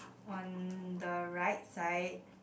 on the right side